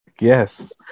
Yes